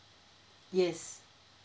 yes